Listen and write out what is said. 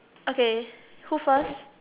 okay who first